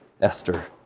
Esther